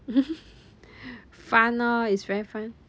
fun lor is very fun